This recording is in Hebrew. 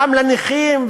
גם לנכים,